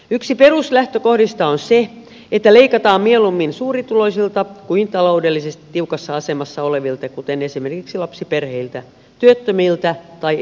yksi peruslähtökohdista on se että leikataan mieluummin suurituloisilta kuin taloudellisesti tiukassa asemassa olevilta kuten esimerkiksi lapsiperheiltä työttömiltä tai eläkeläisiltä